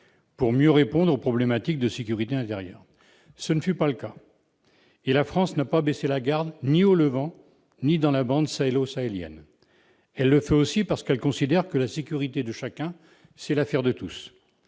pour mieux répondre aux problématiques de sécurité intérieure. Ce ne fut pas le cas, et la France n'a pas baissé la garde, ni au Levant ni dans la bande sahélo-sahélienne. Elle le fait aussi parce qu'elle considère que la sécurité de chacun est l'affaire de tous.